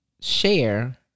share